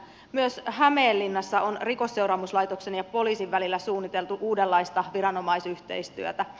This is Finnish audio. myös hämeenlinnassa on rikosseuraamuslaitoksen ja poliisin välillä suunniteltu uudenlaista viranomaisyhteistyötä